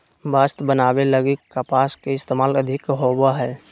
वस्त्र बनावे लगी कपास के इस्तेमाल अधिक होवो हय